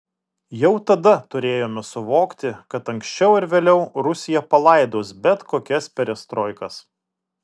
jau tada turėjome suvokti kad anksčiau ar vėliau rusija palaidos bet kokias perestroikas